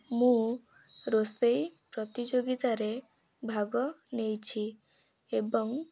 ମୁଁ ରୋଷେଇ ପ୍ରତିଯୋଗିତାରେ ଭାଗ ନେଇଛି ଏବଂ